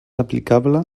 aplicable